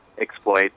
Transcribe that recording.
exploit